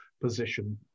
position